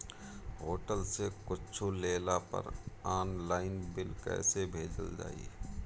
Hotel से कुच्छो लेला पर आनलाइन बिल कैसे भेजल जाइ?